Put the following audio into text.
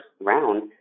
round